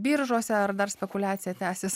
biržose ar dar spekuliacija tęsis